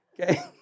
okay